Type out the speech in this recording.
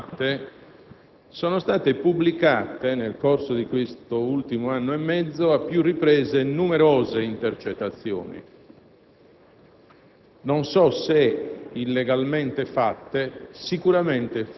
Innanzitutto vorrei dire che su queste scalate sono state pubblicate, nel corso di quest'ultimo anno e mezzo e a più riprese, numerose intercettazioni,